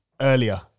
earlier